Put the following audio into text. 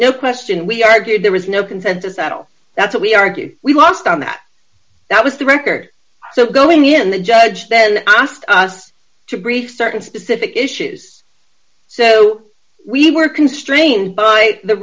no question we argued there was no consensus at all that's what we argue we lost on that that was the record so going in the judge then asked us to brief certain specific issues so we were constrained by the